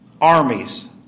armies